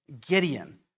Gideon